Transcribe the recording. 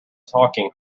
talking